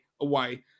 away